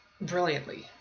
brilliantly